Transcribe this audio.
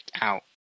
out